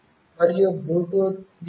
మరియు బ్లూటూత్ 3